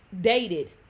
Dated